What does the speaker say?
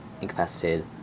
Incapacitated